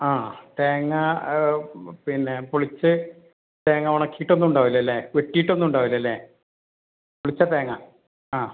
ആ തേങ്ങാ പിന്നെ പൊളിച്ച് തേങ്ങ ഉണക്കിയിട്ടൊന്നും ഉണ്ടാവില്ലല്ലേ വെട്ടിയിട്ടൊന്നും ഉണ്ടാവില്ലല്ലേ പൊളിച്ച തേങ്ങ ആ